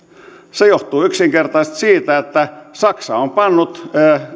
se johtuu yksinkertaisesti siitä että saksa on pannut